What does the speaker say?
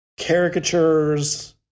caricatures